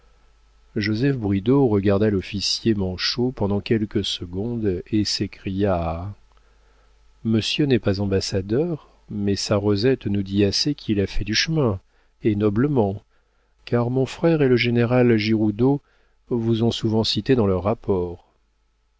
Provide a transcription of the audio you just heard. joseph bridau regarda l'officier manchot pendant quelques secondes et s'écria monsieur n'est pas ambassadeur mais sa rosette nous dit assez qu'il a fait du chemin et noblement car mon frère et le général giroudeau vous ont souvent cité dans leurs rapports